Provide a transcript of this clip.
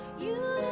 you